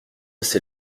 ses